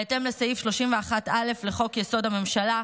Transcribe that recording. בהתאם לסעיף 31(א) לחוק-יסוד: הממשלה,